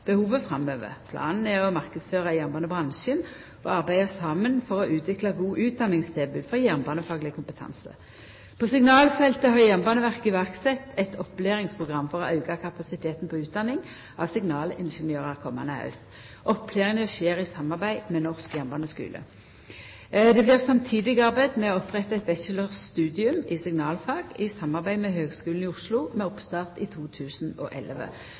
framover. Planen er å marknadsføra jernbanebransjen og arbeida saman for å utvikla gode utdanningstilbod for jernbanefagleg kompetanse. På signalfeltet har Jernbaneverket sett i verk eit opplæringsprogram for å auka kapasiteten på utdanning av signalingeniørar komande haust. Opplæringa skjer i samarbeid med Norsk jernbaneskule. Det blir samtidig arbeidd med å oppretta eit bachelorstudium i signalfag i samarbeid med Høgskulen i Oslo, med oppstart i 2011.